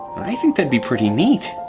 i think that'd be pretty neat.